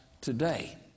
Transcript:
today